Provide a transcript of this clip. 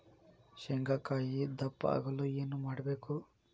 ಶೇಂಗಾಕಾಯಿ ದಪ್ಪ ಆಗಲು ಏನು ಮಾಡಬೇಕು?